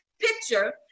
picture